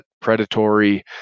predatory